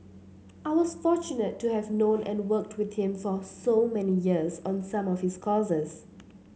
I was fortunate to have known and worked with him for so many years on some of his causes